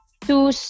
two